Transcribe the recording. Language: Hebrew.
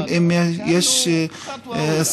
זה אומר נסיגה כללית.) (אומר דברים בשפה הערבית,